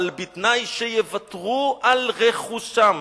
אבל בתנאי שיוותרו על רכושם,